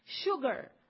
Sugar